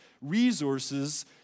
resources